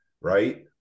right